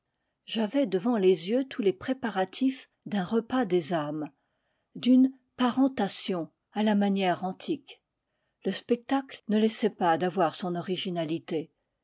j'avais devant les yeux tous les préparatifs d'un repas des âmes d'une parentation à la manière antique le spectacle ne laissait pas d'avoir son originalité